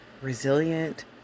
resilient